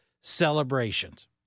celebrations